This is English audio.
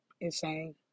Insane